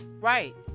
Right